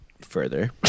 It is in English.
further